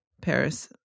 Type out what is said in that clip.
Paris